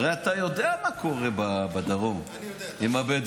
הרי אתה יודע מה קורה בדרום עם הבדואים.